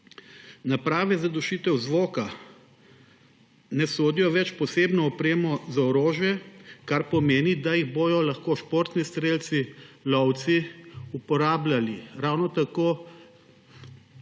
Naprave za dušitev zvoka ne sodijo več v posebno opremo za orožje, kar pomeni, da jih bodo lahko športni strelci, lovci uporabljali ravno tako